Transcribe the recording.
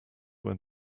where